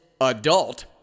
adult